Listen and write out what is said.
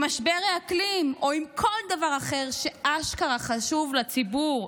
עם משבר האקלים או עם כל דבר אחר שאשכרה חשוב לציבור,